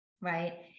right